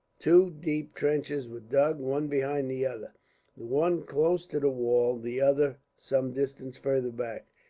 two deep trenches were dug, one behind the other the one close to the wall, the other some distance farther back.